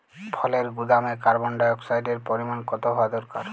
ফলের গুদামে carbon di অক্সাইডের পরিমাণ কত হওয়া দরকার?